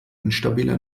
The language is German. instabiler